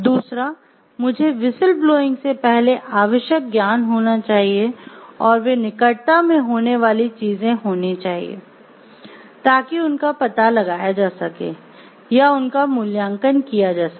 दूसरा मुझे whistle blowing से पहले आवश्यक ज्ञान होना चाहिए और वे निकटता में होने वाली चीजें होनी चाहिए ताकि उनका पता लगाया जा सके या उनका मूल्यांकन किया जा सके